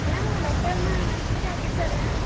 ना डॉक्टर ना कित्या कित जालें